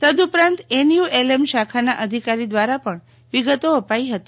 તદઉપરાંત એનએલએમ શાખાના અધિકારી દ્રારા પણ વિગતો અપાઈ હતી